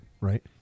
Right